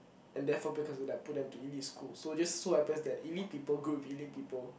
and therefore because of that put them to elite school so just so happens that elite people go with elite people